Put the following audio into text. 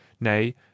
nay